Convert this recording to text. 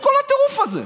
מי עוצר את כל הטירוף הזה?